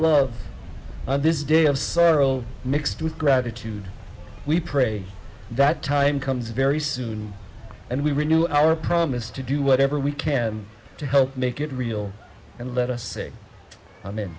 love this day of sorrow mixed with gratitude we pray that time comes very soon and we renew our promise to do whatever we can to help make it real and let us say